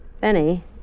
Benny